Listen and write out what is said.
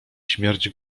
śmierć